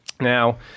Now